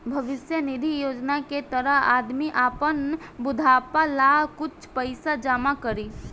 भविष्य निधि योजना के तहत आदमी आपन बुढ़ापा ला कुछ पइसा जमा करी